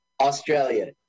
Australia